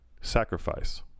sacrifice